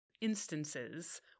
instances